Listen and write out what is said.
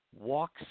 walks